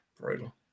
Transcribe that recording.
Brutal